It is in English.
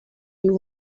you